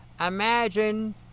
Imagine